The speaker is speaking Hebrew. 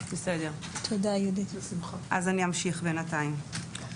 אני אמשיך בינתיים.